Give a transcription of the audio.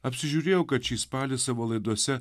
apsižiūrėjo kad šį spalį savo laidose